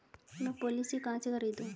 मैं पॉलिसी कहाँ से खरीदूं?